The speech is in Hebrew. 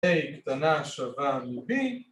‫a קטנה שווה לb.